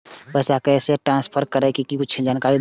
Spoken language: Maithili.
पैसा कैश ट्रांसफर करऐ कि कुछ जानकारी द दिअ